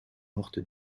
mortes